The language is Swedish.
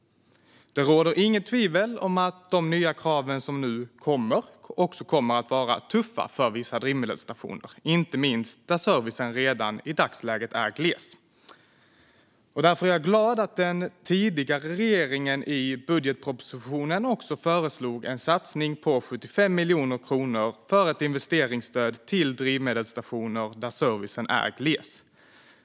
Det råder inget tvivel om att de nya krav som nu kommer också kommer att vara tuffa för vissa drivmedelsstationer, inte minst där servicen redan i dagsläget är gles. Därför är jag glad att den tidigare regeringen i sin budgetproposition föreslog en satsning på 75 miljoner kronor för ett investeringsstöd till drivmedelsstationer där servicen är gles.